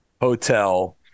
hotel